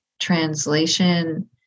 translation